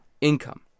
income